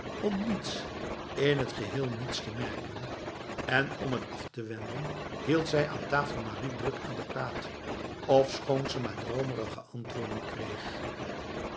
om niets in het geheel niets te merken en om het af te wenden hield zij aan tafel marie druk aan de praat ofschoon ze maar dromerige antwoorden kreeg